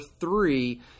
three